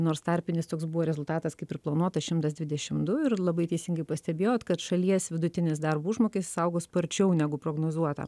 nors tarpinis toks buvo rezultatas kaip ir planuota šimtas dvidešim du ir labai teisingai pastebėjot kad šalies vidutinis darbo užmokestis augo sparčiau negu prognozuota